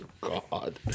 God